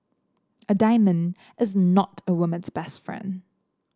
a diamond is not a woman's best friend